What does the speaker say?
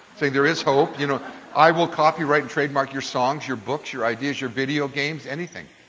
saying there is hope. you know i will copyright and trademark your songs, your books, your ideas, your video games, anything.